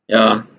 ya